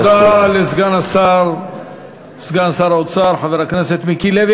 תודה לסגן שר האוצר, חבר הכנסת מיקי לוי.